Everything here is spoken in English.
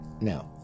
now